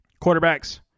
Quarterbacks